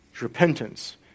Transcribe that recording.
repentance